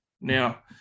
Now